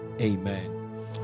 Amen